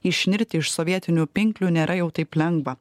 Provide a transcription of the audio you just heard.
išnirti iš sovietinių pinklių nėra jau taip lengva